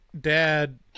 dad